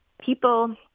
people